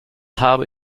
habe